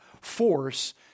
Force